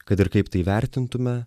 kad ir kaip tai vertintume